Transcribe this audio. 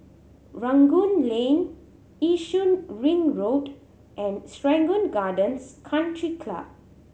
Rangoon Lane Yishun Ring Road and Serangoon Gardens Country Club